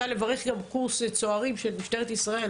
אני רוצה לברך גם קורס של צוערים של משטרת ישראל,